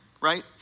right